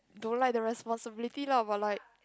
don't like the responsibility lah but like